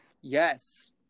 yes